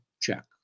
check